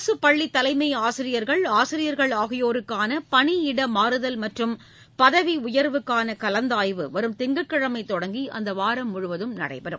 அரசுப் பள்ளி தலைமையாசிரியா்கள் ஆசிரியா்கள் ஆகியோருக்கான பணியிட மாறுதல் மற்றும் பதவி உயர்வுக்கான கலந்தாய்வு வரும் திங்கட்கிழமை தொடங்கி அந்த வாரம் முழுவதும் நடைபெறும்